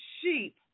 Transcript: sheep